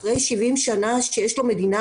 אחרי 70 שנה שיש לו מדינה,